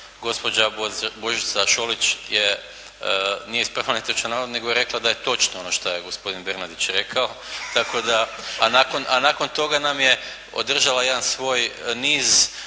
Gospoda Božica Šolić, nije ispravila netočan navod nego je rekla da je točno ono što je gospodin Bernardić rekao, a nakon toga nam je održala jedan svoj niz